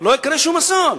לא יקרה שום אסון.